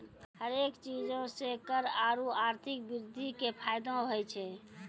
हरेक चीजो से कर आरु आर्थिक वृद्धि के फायदो होय छै